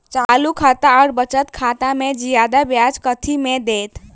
चालू खाता आओर बचत खातामे जियादा ब्याज कथी मे दैत?